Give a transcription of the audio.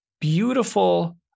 beautiful